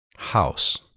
house